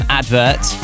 advert